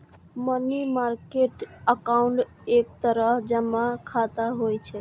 money market account एक तरह जमा खाता होइ छै